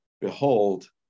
Behold